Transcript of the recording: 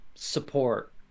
Support